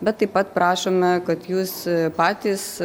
bet taip pat prašome kad jūs patys